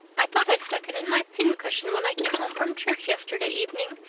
i thought i stuck it in my pincushion when i came home from church yesterday evening,